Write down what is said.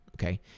okay